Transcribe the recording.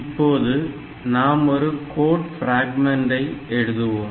இப்பொழுது நாம் ஒரு கோட் பிராக்மெண்ட் ஐ எழுதுவோம்